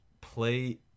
play